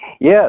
Yes